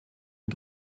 mit